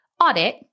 audit